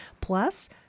Plus